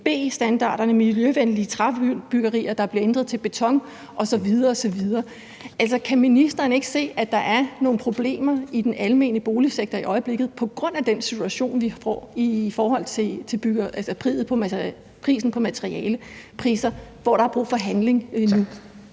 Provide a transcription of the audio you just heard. B-standarderne, miljøvenlige træbyggerier, der bliver ændret til beton osv. osv. Kan ministeren ikke se, at der er nogle problemer i den almene boligsektor i øjeblikket på grund af den situation, vi får i forhold til prisen på materialerne, hvor der er brug for handling nu?